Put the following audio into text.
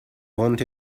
want